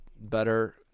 better